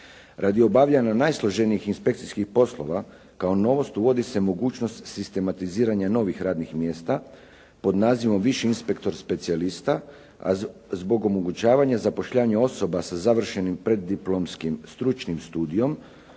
Radi obavljanja najsloženijih inspekcijskih poslova kao novost uvodi se mogućnost sistematiziranja novih radnih mjesta pod nazivom viši inspektor – specijalista, a zbog omogućavanja zapošljavanja osoba sa završenim preddiplomskim stručnim studijom,